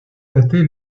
dater